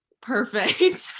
perfect